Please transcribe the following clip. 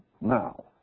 now